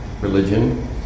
religion